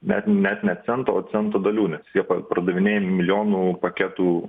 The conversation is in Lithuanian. net net ne cento o cento dalių nes jie pa pardavinėjami milijonų paketų